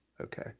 okay